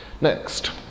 Next